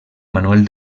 manuel